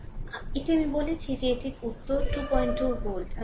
সুতরাং এটি আমি বলেছি যে এটিরই উত্তর 22 ভোল্ট